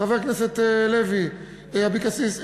חברת הכנסת לוי אבקסיס,